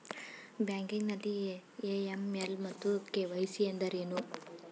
Banking ನಲ್ಲಿ AML ಮತ್ತು KYC ಎಂದರೇನು?